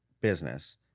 business